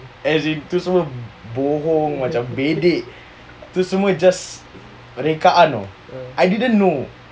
as in tu semua bohong macam bedek tu semua just rekaan [tau] I didn't know